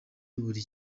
buri